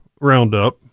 Roundup